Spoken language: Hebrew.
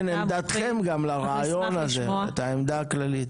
כן, עמדתכם גם לרעיון הזה, את העמדה הכללית.